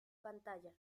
pantalla